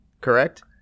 correct